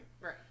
Right